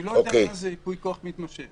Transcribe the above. אני לא יודע מה זה ייפוי כוח מתמשך.